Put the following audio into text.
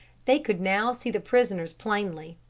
they could now see the prisoners plainly.